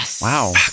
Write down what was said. Wow